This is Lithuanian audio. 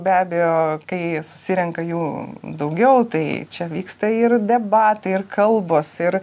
be abejo kai susirenka jų daugiau tai čia vyksta ir debatai ir kalbos ir